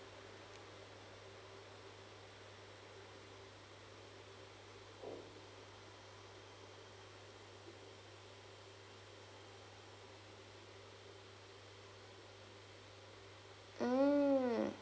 mm